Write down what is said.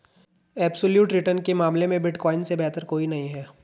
absolute return के मामले में बिटकॉइन से बेहतर कोई नहीं है